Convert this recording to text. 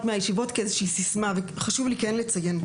מהישיבות כאיזושהי סיסמה וכן חשוב לי להתייחס.